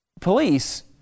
police